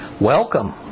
Welcome